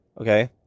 Okay